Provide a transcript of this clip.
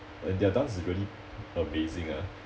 and their dance is really amazing ah